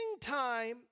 time